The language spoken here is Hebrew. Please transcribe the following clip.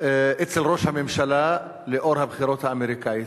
אצל ראש הממשלה לאור הבחירות האמריקניות.